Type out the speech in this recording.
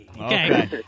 okay